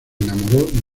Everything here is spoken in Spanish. enamoró